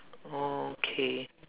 okay